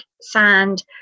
sand